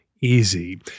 easy